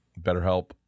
BetterHelp